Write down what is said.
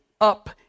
up